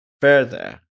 further